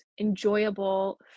enjoyable